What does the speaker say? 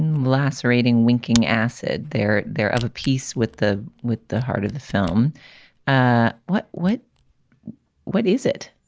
and lacerating, winking acid. they're there of a piece with the with the heart of the film ah what what what is it?